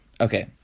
Okay